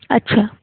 अच्छा